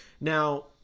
Now